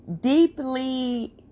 deeply